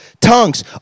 tongues